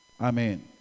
Amen